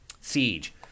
Siege